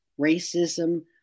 racism